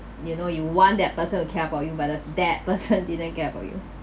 you know you want that person to care about you but tha~ that person didn't care about you